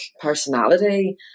personality